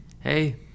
hey